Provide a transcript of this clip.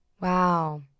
Wow